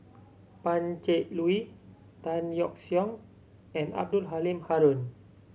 Pan Cheng Lui Tan Yeok Seong and Abdul Halim Haron